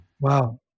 Wow